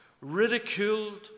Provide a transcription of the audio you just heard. ridiculed